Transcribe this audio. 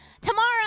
Tomorrow